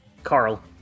Carl